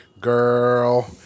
girl